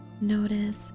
Notice